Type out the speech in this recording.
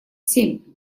семь